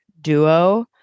duo